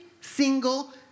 single